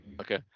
Okay